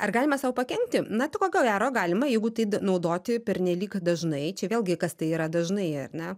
ar galime sau pakenkti na tai ko gero galima jeigu tai naudoti pernelyg dažnai čia vėlgi kas tai yra dažnai ar ne